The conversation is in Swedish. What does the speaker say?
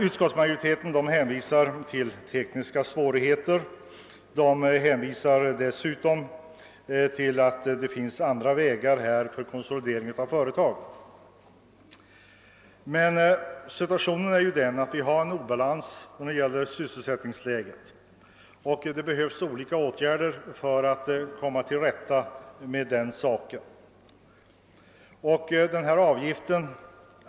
Utskottsmajoriteten hänvisar till tekniska svårigheter och dessutom till att det finns andra vägar för konsolidering av företag än ett avskaffande av arbetsgivaravgiften. Situationen är emellertid sådan att det föreligger en obalans i sysselsättningsavseende, och det krävs olika åtgärder för att komma till rätta med detta förhållande.